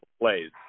plays